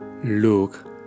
Look